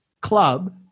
club